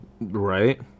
Right